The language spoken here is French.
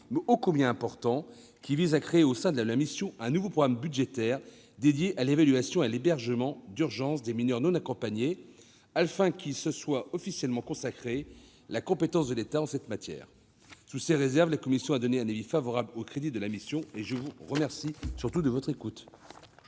mais ô combien important, qui vise à créer au sein de la mission un nouveau programme budgétaire consacré à l'évaluation et à l'hébergement d'urgence des mineurs non accompagnés, afin que soit officiellement reconnue la compétence de l'État en cette matière. Sous ces réserves, la commission a donné un avis favorable aux crédits de la mission. Mes chers collègues, je vous